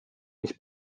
mis